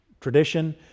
tradition